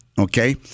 okay